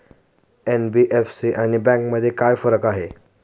NBFC आणि बँकांमध्ये काय फरक आहे?